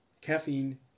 caffeine